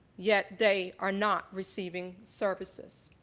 yet they are not receiving services.